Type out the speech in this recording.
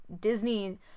Disney